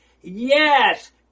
yes